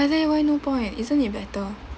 like that why no point isn't it better